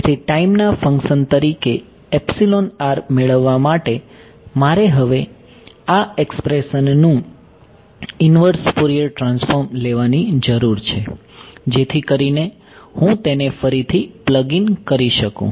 તેથી ટાઈમના ફંક્શન તરીકે મેળવવા માટે મારે હવે આ એક્સપ્રેશનનું ઇન્વર્સ ફોરિયર ટ્રાન્સફોર્મ લેવાની જરૂર છે જેથી કરીને હું તેને ફરીથી પ્લગ ઇન કરી શકું